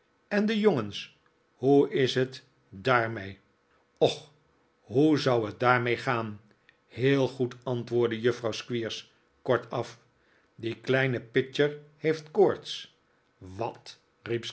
en de jongens hoe is het daarmee och hoe zou het daarmee gaan heel goed antwoordde juffrouw squeers kortaf die kleine pitcher heeft koorts wat